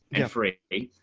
every paint